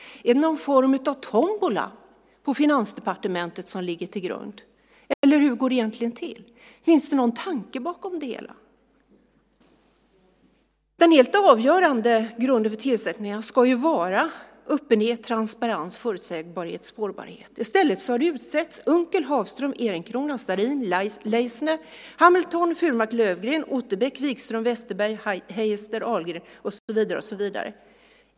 Är det någon form av tombola på Finansdepartementet som ligger till grund, eller hur går det egentligen till? Finns det någon tanke bakom det hela? Den helt avgörande grunden för tillsättningar ska vara öppenhet, transparens, förutsägbarhet och spårbarhet. I stället har Unckel, Hagström, Ehrenkrona, Starrin, Leissner, Hamilton, Furmark Löfgren, Ottebäck, Wikström, Westerberg, Heister, Ahlgren och så vidare utsetts.